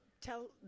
Tell